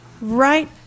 right